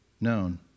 known